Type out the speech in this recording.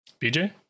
BJ